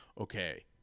okay